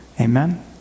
Amen